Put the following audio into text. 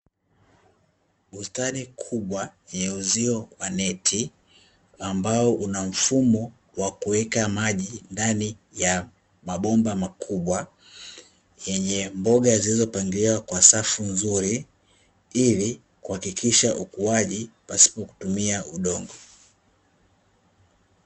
Bustani kubwa yenye uzio wa neti, ambao unamfumo wa kuweka maji ndani ya mabomba makubwa, yenye mboga zilizo pangiliwa kwa safu nzuri ili kuakikisha ukuaji pasipo kutumia udongo.